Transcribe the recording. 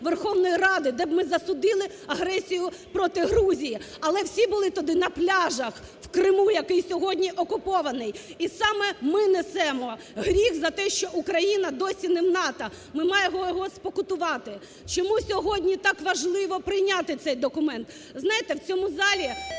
Верховної Ради, де б ми засудили агресію проти Грузії. Але всі були тоді на пляжах в Криму, який сьогодні окупований. І саме ми несемо гріх за те, що Україна досі не в НАТО, ми маємо його спокутувати. Чому сьогодні так важливо прийняти цей документ? Знаєте, в цьому залі